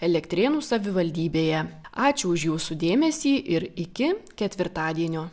elektrėnų savivaldybėje ačiū už jūsų dėmesį ir iki ketvirtadienio